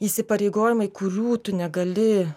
įsipareigojimai kurių tu negali